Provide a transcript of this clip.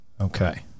okay